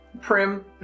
prim